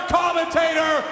commentator